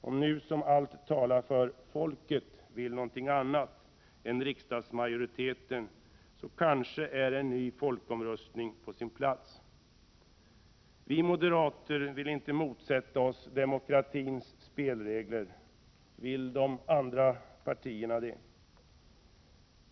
Om nu — som allt talar för — folket vill något annat än riksdagsmajoriteten, är kanske en ny folkomröstning på sin plats. Vi moderater vill inte motsätta oss demokratins spelregler. Vill de andra partierna det?